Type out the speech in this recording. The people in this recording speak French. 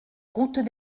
route